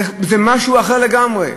זה משהו אחר לגמרי.